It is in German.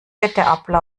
wochen